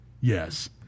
Yes